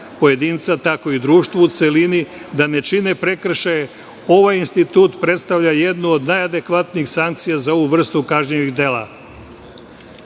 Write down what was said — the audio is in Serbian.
pojedinca, tako i društva u celini, da ne čine prekršaje. Ovaj institut predstavlja jednu od najadekvatnijih sankcija za ovu vrstu kažnjivih